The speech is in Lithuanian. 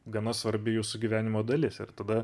gana svarbi jūsų gyvenimo dalis ir tada